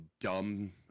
dumb